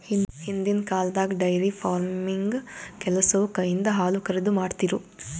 ಹಿಂದಿನ್ ಕಾಲ್ದಾಗ dairy farming ಕೆಲಸವು ಕೈಯಿಂದ ಹಾಲುಕರೆದು, ಮಾಡ್ತಿರು